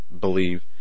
believe